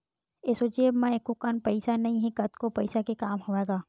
एसो जेब म एको कन पइसा नइ हे, कतको पइसा के काम हवय गा